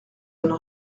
donne